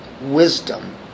Wisdom